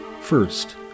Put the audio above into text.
First